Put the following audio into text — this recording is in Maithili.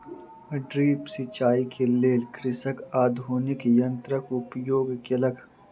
ड्रिप सिचाई के लेल कृषक आधुनिक यंत्रक उपयोग केलक